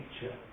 nature